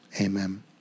Amen